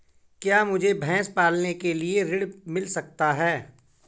क्या मुझे भैंस पालने के लिए ऋण मिल सकता है?